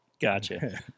Gotcha